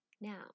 Now